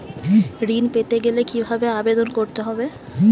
ঋণ পেতে গেলে কিভাবে আবেদন করতে হবে?